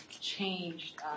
changed